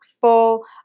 full